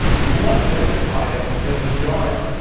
if you want to, all you have to do is join.